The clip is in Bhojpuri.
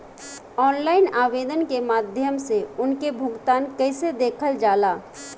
ऑनलाइन आवेदन के माध्यम से उनके भुगतान कैसे देखल जाला?